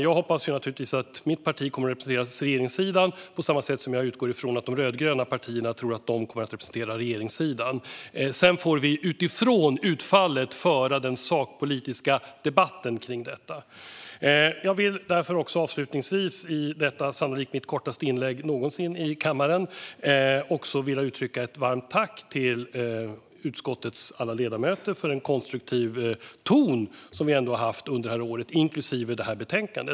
Jag hoppas naturligtvis, fru talman, att mitt parti kommer att representera regeringssidan på samma sätt som jag utgår från att de rödgröna partierna tror att de kommer att göra det. Vi får utifrån utfallet föra den sakpolitiska debatten kring detta. Avslutningsvis vill jag i detta mitt sannolikt kortaste inlägg någonsin i kammaren också uttrycka ett tack varmt tack till utskottets alla ledamöter för en konstruktiv ton som vi ändå har haft under året inklusive detta betänkande.